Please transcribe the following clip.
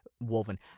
Woven